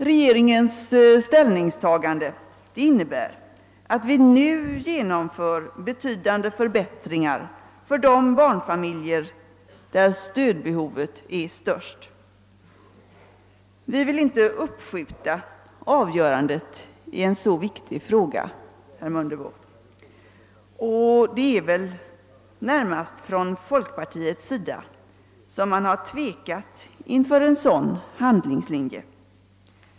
Regeringens förslag innebär att vi nu genomför betydande förbättringar för de barnfamiljer för vilka stödbehovet är störst. Vi vill inte uppskjuta avgörandet i denna viktiga fråga, herr Mundebo. Det är närmast folkpartiet som har tvekat inför en sådan handlingslinje.